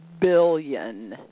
billion